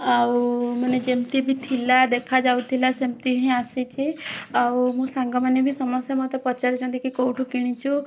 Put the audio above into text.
ଆଉ ମାନେ ଯେମତି ବି ଥିଲା ଦେଖା ଯାଉଥିଲା ସେମତି ହିଁ ଆସିଛି ଆଉ ମୋ ସାଙ୍ଗମାନେ ବି ସମସ୍ତେ ମୋତେ ପଚାରୁଛନ୍ତି କି କୋଉଠୁ କିଣିଛୁ